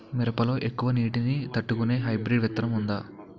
మిరప లో ఎక్కువ నీటి ని తట్టుకునే హైబ్రిడ్ విత్తనం వుందా?